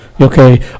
Okay